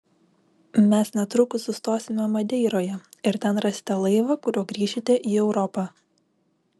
mes netrukus sustosime madeiroje ir ten rasite laivą kuriuo grįšite į europą